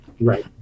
Right